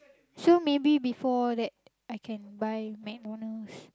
so maybe before that I can buy McDonald's